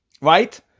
right